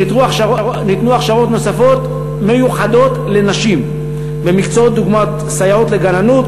וניתנו הכשרות נוספות מיוחדות לנשים במקצועות דוגמת סייעת לגננות,